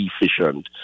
efficient